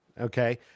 Okay